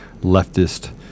leftist